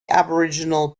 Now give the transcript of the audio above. aboriginal